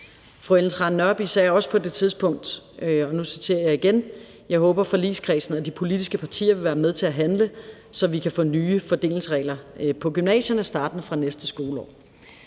Fru Ellen Trane Nørby sagde også på det tidspunkt – og nu citerer jeg igen: »Jeg håber, at forligskredsen og de politiske partier vil være med til at handle, så vi kan få nye fordelingsregler på gymnasier startende fra næste skoleår«.